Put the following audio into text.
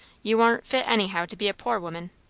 you aren't fit anyhow to be a poor woman.